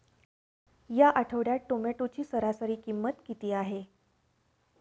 या आठवड्यात टोमॅटोची सरासरी किंमत किती आहे?